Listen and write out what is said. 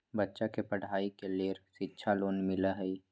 बच्चा के पढ़ाई के लेर शिक्षा लोन मिलहई?